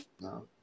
No